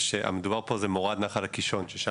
למה